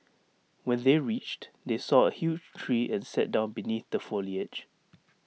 when they reached they saw A huge tree and sat down beneath the foliage